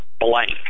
blank